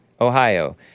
Ohio